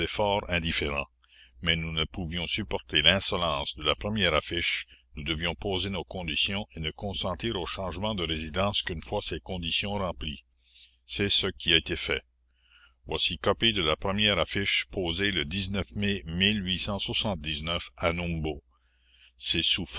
fort indifférent mais nous ne pouvions supporter l'insolence de la première affiche nous devions poser nos conditions et ne consentir au changement de résidence qu'une fois ces conditions remplies c'est ce qui a été fait voici copie de la première affiche posée le mai à numbo c'est